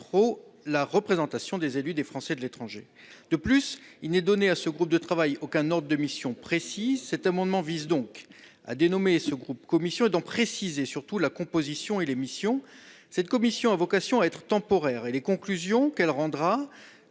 la représentation des élus des Français de l'étranger. De plus, il n'est donné à ce groupe de travail aucun ordre de mission précis. Cet amendement vise donc à dénommer ce groupe « commission » et, surtout, à en préciser la composition et les missions. Cette commission a vocation à être temporaire et le rapport contenant